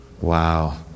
Wow